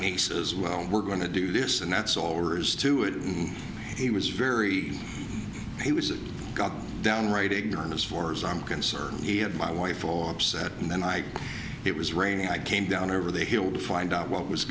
he says well we're going to do this and that's all we're used to it and he was very he was it got downright ignorant as far as i'm concerned he had my wife all upset and then i it was raining i came down over the hill to find out what was